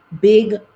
Big